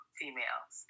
females